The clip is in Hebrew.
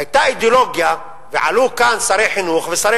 היתה אידיאולוגיה ועלו כאן שרי חינוך ושרי